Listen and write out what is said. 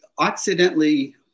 accidentally